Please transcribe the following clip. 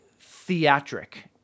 theatric